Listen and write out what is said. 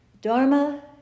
Dharma